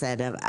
בסדר.